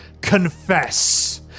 Confess